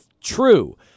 True